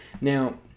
Now